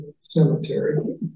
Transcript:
Cemetery